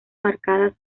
marcadas